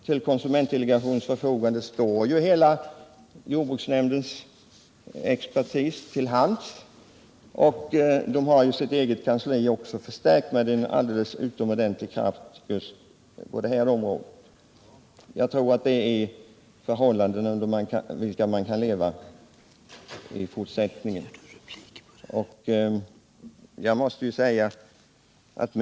Till konsumentdelegationens förfogande står jordbruksnämndens hela kansli och expertis. Delegationens eget kansli är ju också förstärkt med en alldeles utomordentlig personlig kraft. Jag tror alltså att vi i detta avseende har förhållanden som vi i fortsättningen kan leva med.